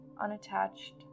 unattached